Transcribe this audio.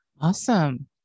Awesome